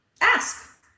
Ask